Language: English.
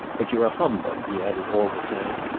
but you're a humbug, he added, all the same.